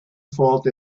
fault